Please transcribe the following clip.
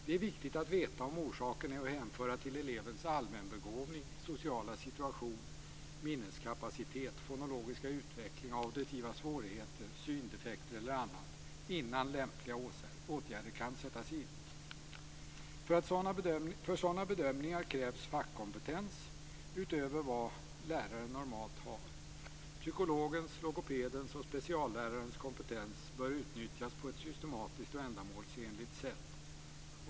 Det är viktigt att veta om orsaken är att hänföra till elevens allmänbegåvning, sociala situation, minneskapacitet, fonologiska utveckling, auditiva svårigheter, syndefekter eller annat, innan lämpliga åtgärder kan sättas in. För sådana bedömningar krävs fackkompetens utöver vad läraren normalt har. Psykologens, logopedens och speciallärarens kompetens bör utnyttjas på ett systematiskt och ändamålsenligt sätt.